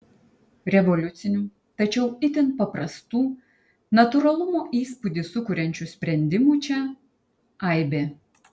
revoliucinių tačiau itin paprastų natūralumo įspūdį sukuriančių sprendimų čia aibė